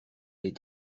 les